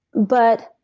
but,